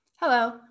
Hello